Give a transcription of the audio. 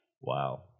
Wow